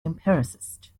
empiricist